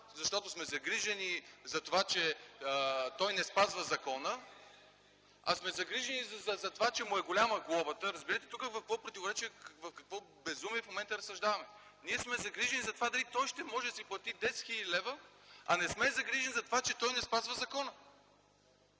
защото сме загрижени за това, че той не спазва закона, а сме загрижени за това, че му е голяма глобата. Разбирате ли върху какво противоречие, върху какво безумие разсъждаваме в момента тук? Ние сме загрижени за това дали той ще може да си плати 10 хил. лв., а не сме загрижени за това, че той не спазва закона.